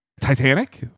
Titanic